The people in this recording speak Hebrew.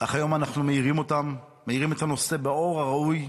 אך היום אנחנו מאירים את הנושא באור הראוי,